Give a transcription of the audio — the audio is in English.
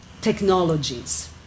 technologies